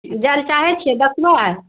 जाय लै चाहैत छियै बथनो आर